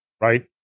Right